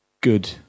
good